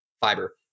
fiber